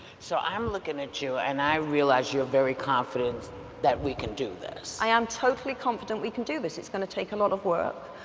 so i'm looking at you, and i realize you're very confident that we can do this. i am totally confident we can do this! it's going to take a lot of work,